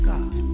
God